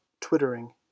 twittering